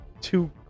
two